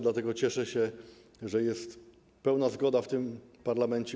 Dlatego cieszę się, że jest pełna zgoda w parlamencie.